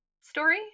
story